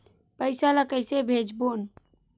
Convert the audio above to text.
पईसा ला कइसे भेजबोन?